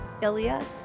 Ilya